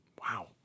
Wow